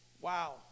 wow